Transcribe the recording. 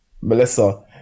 Melissa